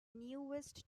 newest